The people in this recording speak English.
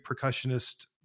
percussionist